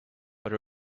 but